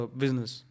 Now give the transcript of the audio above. business